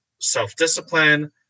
self-discipline